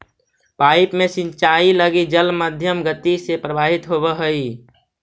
pipe में सिंचाई लगी जल मध्यम गति से प्रवाहित होवऽ हइ